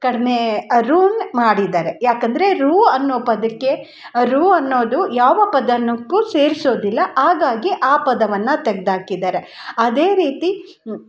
ಕಡಿಮೇ ಋನ ಮಾಡಿದ್ದಾರೆ ಯಾಕಂದ್ರೆ ಋ ಅನ್ನೋ ಪದಕ್ಕೆ ಋ ಅನ್ನೋದು ಯಾವ ಪದನಕ್ಕೂ ಸೇರಿಸೋದಿಲ್ಲ ಹಾಗಾಗಿ ಆ ಪದವನ್ನು ತೆಗೆದಾಕಿದಾರೆ ಅದೇ ರೀತಿ